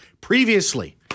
previously